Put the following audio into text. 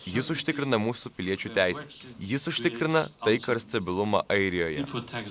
jis užtikrina mūsų piliečių teises jis užtikrina taiką ir stabilumą airijoje